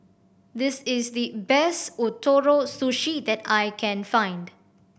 this is the best Ootoro Sushi that I can find